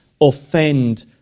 offend